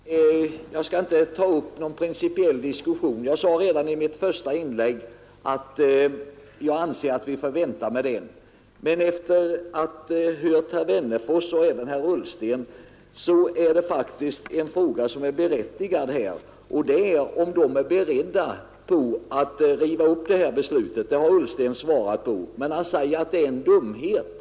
Herr talman! Jag skall inte ta upp någon principiell diskussion. Redan i mitt första inlägg sade jag att jag anser att vi får vänta med det. Efter det att jag hört herrar Wennerfors och Ullsten finner jag faktiskt en fråga berättigad, nämligen om de är beredda att riva upp det beslut som fattats. Herr Ullsten har redan svarat att det vore en dumhet.